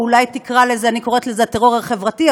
אני קוראת לזה הטרור החברתי,